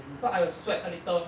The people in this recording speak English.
so I will sweat a little